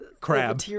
Crab